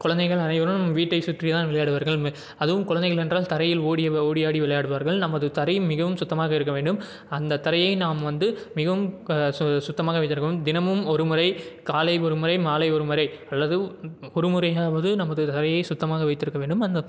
குழந்தைகள் அனைவரும் வீட்டை சுற்றியே தான் விளையாடுவார்கள் மி அதுவும் குழந்தைகள் என்றால் தரையில் ஓடி ஓடி ஆடி விளையாடுவார்கள் நமது தரையும் மிகவும் சுத்தமாக இருக்க வேண்டும் அந்த தரையை நாம் வந்து மிகவும் க சு சுத்தமாக வைத்திருக்கவும் தினமும் ஒரு முறை காலை ஒரு முறை மாலை ஒரு முறை அல்லது ஒரு முறையாவது நமது தரையை சுத்தமாக வைத்திருக்க வேண்டும் அந்த